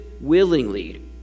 willingly